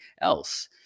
else